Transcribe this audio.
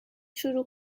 شروع